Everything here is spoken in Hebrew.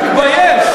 אתה תמשיך לדבר,